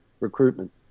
recruitment